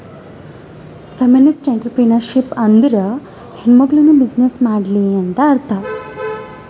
feminist entrepreneurship ಅಂದುರ್ ಹೆಣ್ಮಕುಳ್ನೂ business ಮಾಡ್ಲಿ ಅಂತ್ ಅರ್ಥಾ